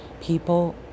People